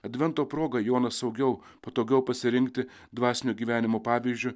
advento proga joną saugiau patogiau pasirinkti dvasinio gyvenimo pavyzdžiu